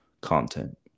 content